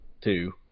Two